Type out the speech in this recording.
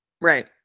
Right